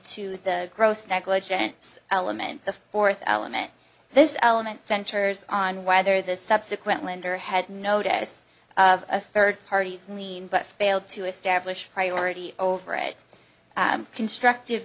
to the gross negligence element the fourth element this element centers on whether the subsequent lender had noticed a third party's lean but failed to establish priority over it constructive